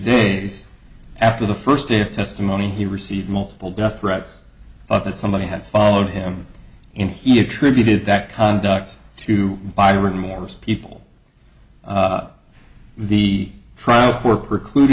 days after the first day of testimony he received multiple death threats up that somebody had followed him and he attributed that conduct to byron morris people the trout were preclude